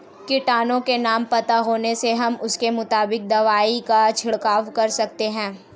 कीटों के नाम पता होने से हम उसके मुताबिक दवाई का छिड़काव कर सकते हैं